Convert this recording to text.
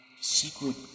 secret